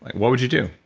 what would you do?